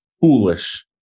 foolish